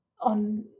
on